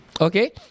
okay